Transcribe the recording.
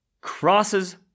crosses